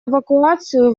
эвакуацию